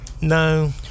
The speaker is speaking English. no